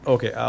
Okay